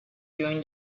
during